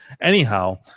Anyhow